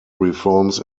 reforms